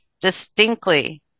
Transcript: distinctly